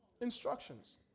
instructions